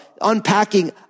unpacking